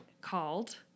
called